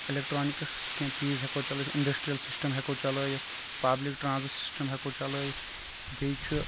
electronics کیٚنٛہہ چیٖز ہیٚکو چلاوِتھ اِنڈسٹِریل سِسٹم ہٮ۪کو چلأوِتھ پبلِک ٹرانزِس سِسٹم ہیٚکو چلأوِتھ بیٚیہِ چھُ